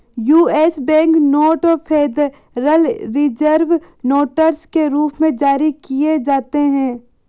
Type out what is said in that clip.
US bank note federal reserve notes के रूप में जारी किए जाते हैं